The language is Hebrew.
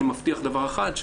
אני מבטיח דבר אחד,